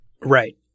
Right